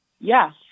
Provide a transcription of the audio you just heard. Yes